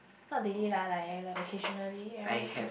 not daily lah like like occasionally every